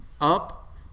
up